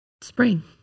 spring